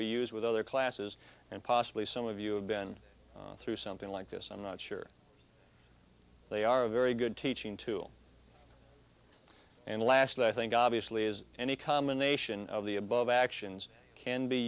we use with other classes and possibly some of you have been through something like this i'm not sure they are a very good teaching tool and last i think obviously is any combination of the above actions can be